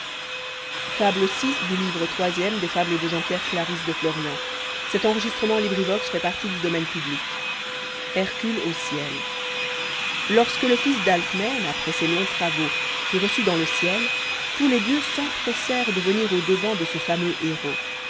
hercule au ciel loiisqde le fils d'alcmène après ses longs travaux fut reçu dans le ciel tons les dieux s'empressèrent de venir au-devant de ce fameux héros